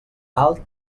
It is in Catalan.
alt